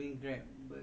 mm